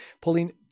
Pauline